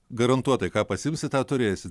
garantuotai ką pasiimsi tą turėsi